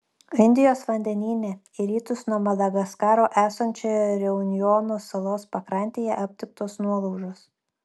indijos vandenyne į rytus nuo madagaskaro esančioje reunjono salos pakrantėje aptiktos nuolaužos